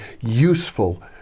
useful